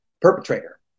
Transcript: perpetrator